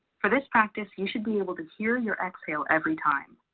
for this practice, you should be able to hear your exhale every time.